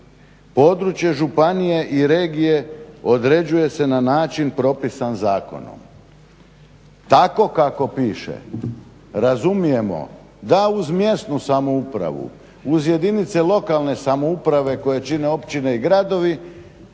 Područje županije i regije određuje se na način propisan zakonom. Tako kako piše razumijemo da uz mjesnu samoupravu uz jedinice lokalne samouprave koje čine općine i gradovi,